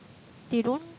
they don't